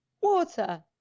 Water